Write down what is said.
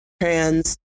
trans